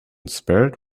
spared